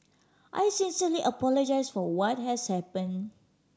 I sincerely apologise for what has happen